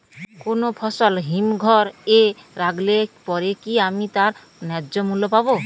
কোনো ফসল হিমঘর এ রাখলে পরে কি আমি তার ন্যায্য মূল্য পাব?